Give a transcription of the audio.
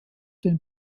den